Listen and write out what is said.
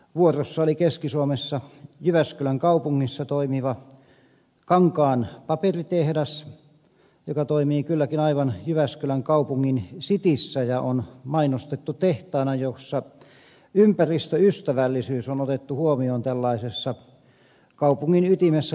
vuorossa oli keski suomessa jyväskylän kaupungissa toimiva kankaan paperitehdas joka toimii kylläkin aivan jyväskylän kaupungin cityssä ja jota on mainostettu tehtaana jossa ympäristöystävällisyys on otettu huomioon tällaisessa kaupungin ytimessä toimivassa citytehtaassa